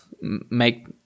make